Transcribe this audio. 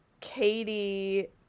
Katie